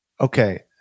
Okay